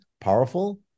powerful